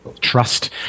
Trust